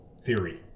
theory